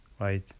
right